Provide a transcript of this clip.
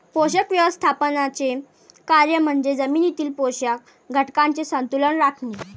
पोषक व्यवस्थापनाचे कार्य म्हणजे जमिनीतील पोषक घटकांचे संतुलन राखणे